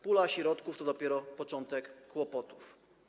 Pula środków to dopiero początek kłopotów.